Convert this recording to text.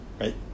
Right